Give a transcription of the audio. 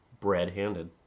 bread-handed